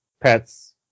Pets